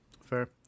Fair